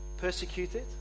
persecuted